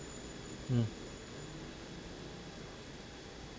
mm